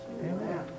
Amen